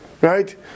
Right